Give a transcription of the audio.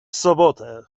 sobotę